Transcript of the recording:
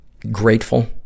Grateful